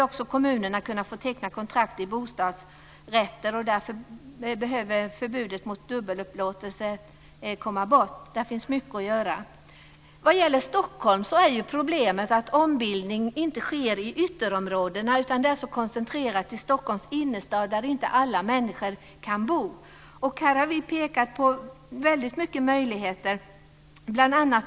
Också kommunerna behöver kunna få teckna kontrakt i fråga om bostadsrätter. Därför behöver förbudet mot dubbelupplåtelse komma bort - där finns det mycket att göra. I Stockholm är problemet att ombildning inte sker i ytterområdena utan är koncentrerad till Stockholms innerstad där inte alla människor kan bo. Där har vi pekat på väldigt många möjligheter.